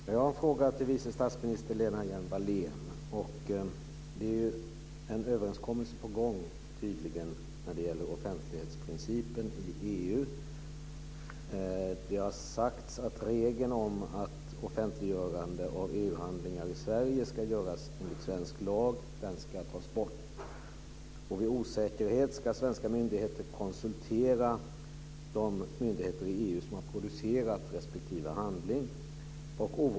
Fru talman! Jag har en fråga till vice statsminister Det är tydligen en överenskommelse på gång när det gäller offentlighetsprincipen i EU. Det har sagts att regeln ska tas bort om att offentliggörande av EU handlingar i Sverige ska göras enligt svensk lag. Vid osäkerhet ska svenska myndigheter konsultera de myndigheter i EU som har producerat respektive handling.